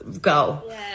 go